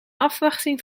afwachting